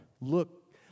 look